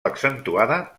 accentuada